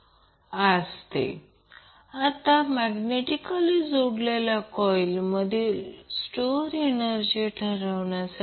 पुढे ते parallel resonance आहे जे दोन ब्रांच सर्किट आहे